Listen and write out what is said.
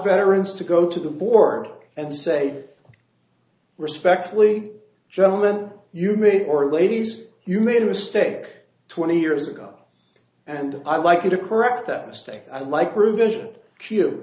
veterans to go to the board and say respectfully gentlemen you may or ladies you made a mistake twenty years ago and i like you to correct that mistake i like